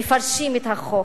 מפרשים את החוק.